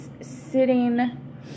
sitting